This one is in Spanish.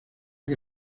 que